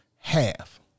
Half